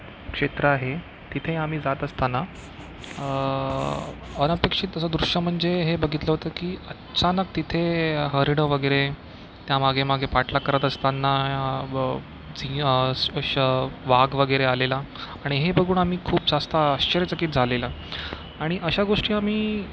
क्षेत्र आहे तिथे आम्ही जात असताना अनपेक्षित असं दृश्य म्हणजे हे बघितलं होतं की अच्चानक तिथे हरणं वगैरे त्या मागे मागे पाठलाग करत असताना सिंह वाघ वगैरे आलेला आणि हे बघून आम्ही खूप जास्त आश्चर्यचकित झालेलं आणि अशा गोष्टी आम्ही